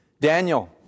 Daniel